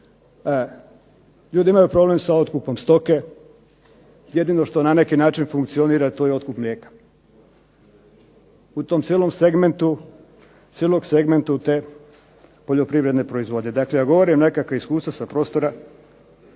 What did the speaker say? ljudi imaju problem sa otkupom stoke. Jedino što na neki način funkcionira to je otkup mlijeka. U tom cijelom segmentu te poljoprivredne proizvodnje. Dakle, ja govorim nekakva iskustva sa prostora